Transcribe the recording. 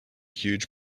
huge